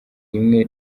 rimwe